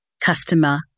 customer